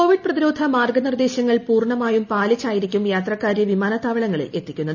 Covid പ്രതിരോധ മാർഗനിർദേശങ്ങൾ പൂർണമായി പാലിച്ചായിരിക്കും യാത്രക്കാരെ വിമാനത്താവളങ്ങളിൽ എത്തിക്കുന്നത്